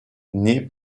naît